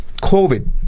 COVID